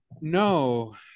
No